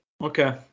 Okay